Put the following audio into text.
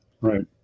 right